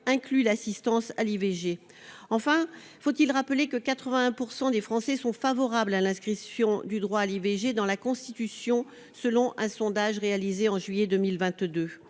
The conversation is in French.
inclue l'assistance à l'IVG. Enfin, faut-il rappeler que 81 % des Français sont favorables à l'inscription du droit à l'IVG dans la Constitution, selon un sondage réalisé en juillet 2022